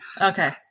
Okay